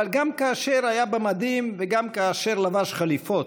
אבל גם כאשר היה במדים וגם כאשר לבש חליפות,